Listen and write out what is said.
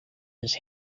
his